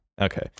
Okay